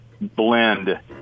blend